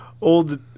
old